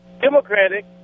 Democratic